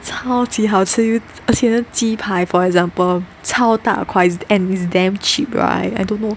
超级好吃而且那个鸡排 for example 超大块 and it's damn cheap right I don't know